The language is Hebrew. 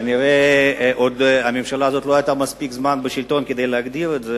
כנראה הממשלה הזאת לא היתה מספיק זמן בשלטון כדי להגדיר את זה,